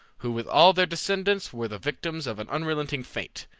who with all their descendants were the victims of an unrelenting fate,